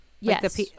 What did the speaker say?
yes